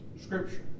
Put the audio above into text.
scripture